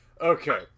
okay